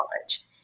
college